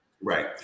Right